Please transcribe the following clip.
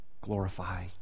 Glorify